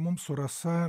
mums su rasa